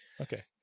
Okay